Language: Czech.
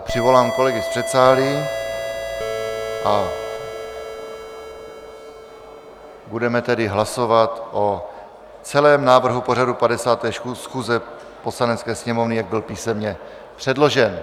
Přivolám kolegy z předsálí a budeme tedy hlasovat o celém návrhu pořadu 56. schůze Poslanecké sněmovny, jak byl písemně předložen.